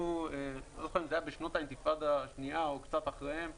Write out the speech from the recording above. אני לא זוכר אם זה היה בשנות האינתיפאדה השנייה או קצת אחריהן,